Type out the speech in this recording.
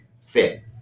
fit